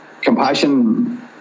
compassion